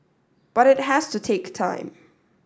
but it has to take time